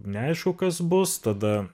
neaišku kas bus tada